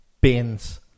bins